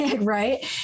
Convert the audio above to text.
right